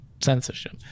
censorship